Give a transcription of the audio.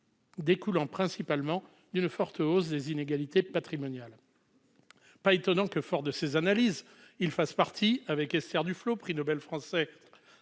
découlant principalement d'une forte hausse des inégalités patrimoniales. Pas étonnant que, fort de ces analyses, cet économiste fasse partie, avec Esther Duflo, prix Nobel française